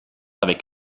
avec